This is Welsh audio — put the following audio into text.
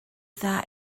dda